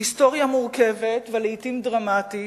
היסטוריה מורכבת ולעתים דרמטית.